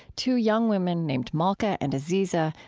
two young women named malka and aziza,